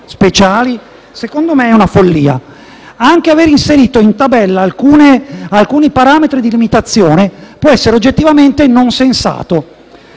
speciali, secondo me, è una follia. Anche aver inserito in tabella alcuni parametri di limitazione può essere oggettivamente non sensato.